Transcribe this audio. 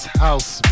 house